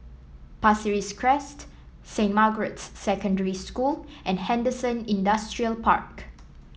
Pasir Ris Crest Saint Margaret's Secondary School and Henderson Industrial Park